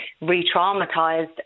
re-traumatized